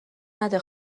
نده